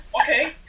Okay